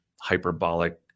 hyperbolic